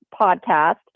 podcast